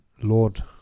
lord